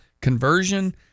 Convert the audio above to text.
conversion